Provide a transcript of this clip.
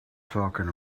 talking